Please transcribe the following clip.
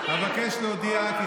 איבדתם את זה,